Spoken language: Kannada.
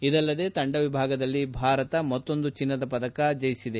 ಇದಲ್ಲದೆ ತಂಡ ವಿಭಾಗದಲ್ಲಿ ಭಾರತ ಮತ್ತೊಂದು ಚಿನ್ನದ ಪದಕವನ್ನು ಜಯಿಸಿದೆ